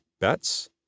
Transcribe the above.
bets